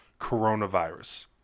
coronavirus